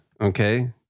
Okay